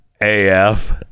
AF